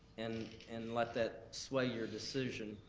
and and let that sway your decision.